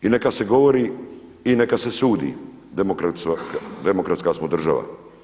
I neka se govori i neka se sudi, demokratska smo država.